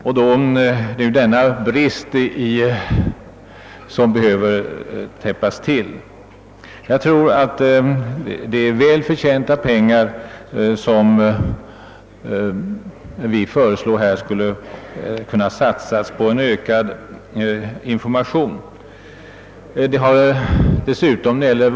Det är denna brist som behöver avhjälpas, och jag tror att det är väl använda pengar att, som vi föreslår, satsa på en ökning av informationen.